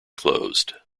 closed